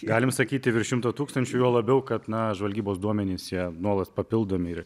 galim sakyti virš šimto tūkstančių juo labiau kad na žvalgybos duomenys jie nuolat papildomi ir